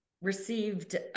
received